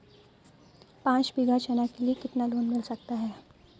पाँच बीघा चना के लिए कितना लोन मिल सकता है?